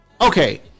Okay